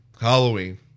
Halloween